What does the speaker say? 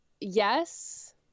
yes